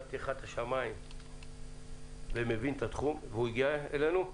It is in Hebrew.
פתיחת השמיים ומבין את התחום הוא הגיע אלינו?